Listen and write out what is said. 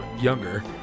younger